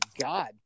God